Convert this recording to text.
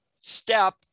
step